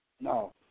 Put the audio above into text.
No